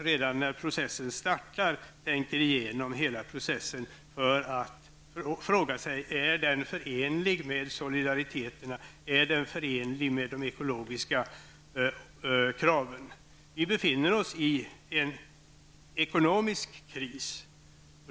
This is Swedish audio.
Redan när processen startar skall man tänka igenom hela processen och fråga sig om den är förenlig med solidariteterna och de ekologiska kraven. Vi befinner oss i en ekonomisk kris.